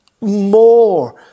more